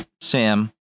sam